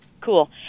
Cool